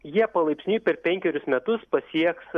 jie palaipsniui per penkerius metus pasieks